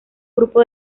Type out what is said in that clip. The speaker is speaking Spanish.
grupo